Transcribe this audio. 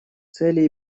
цели